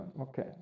okay